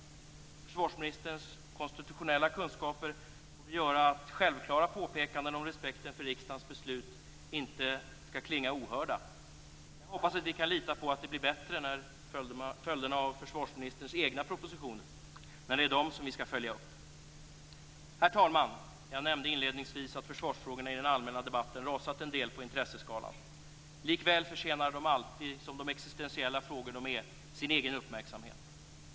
Försvarsministerns konstitutionella kunskaper borde göra att självklara påpekanden om respekten för riksdagens beslut inte skall klinga ohörda. Jag hoppas att vi kan lita på att det blir bättre när det är följderna av försvarsministerns egna propositioner som vi skall följa upp. Herr talman! Jag nämnde inledningsvis att försvarsfrågorna i den allmänna debatten rasat en del på intresseskalan. Likväl förtjänar de alltid som de existentiella frågor de är sin egen uppmärksamhet.